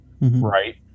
right